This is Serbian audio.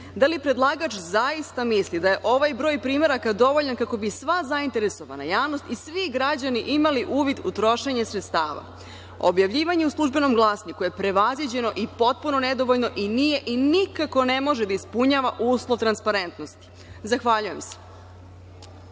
Da li predlagač zaista misli da je ovaj broj primeraka dovoljan kako bi sva zainteresovana javnost i svi građani imali uvid u trošenje sredstava? Objavljivanje u „Službenom glasniku“ je prevaziđeno i potpuno nedovoljno i nikako ne može da ispunjava uslov transparentnosti. Zahvaljujem se.